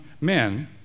men